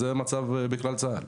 זה המצב בכלל צה"ל.